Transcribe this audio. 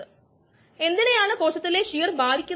ദയവായി ഇത് പരീക്ഷിക്കുക